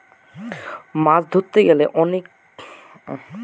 মাছ ধরতে গেলে তার অনেক ব্যবস্থা লাগে